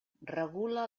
regula